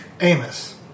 Amos